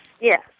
yes